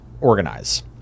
organize